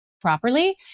properly